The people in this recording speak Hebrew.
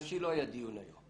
עירייה שמקפידה על החוק,